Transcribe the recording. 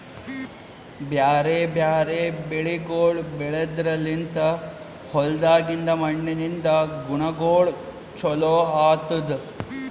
ಬ್ಯಾರೆ ಬ್ಯಾರೆ ಬೆಳಿಗೊಳ್ ಬೆಳೆದ್ರ ಲಿಂತ್ ಹೊಲ್ದಾಗಿಂದ್ ಮಣ್ಣಿನಿಂದ ಗುಣಗೊಳ್ ಚೊಲೋ ಆತ್ತುದ್